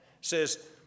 says